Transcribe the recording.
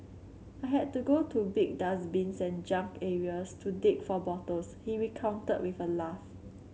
I had to go to big dustbins and junk areas to dig for bottles he recounted with a laugh